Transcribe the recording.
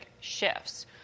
shifts